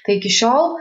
tai iki šiol